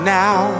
now